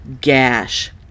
Gash